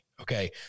Okay